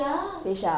kersher